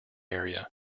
area